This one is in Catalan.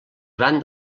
gran